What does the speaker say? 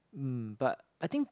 um but I think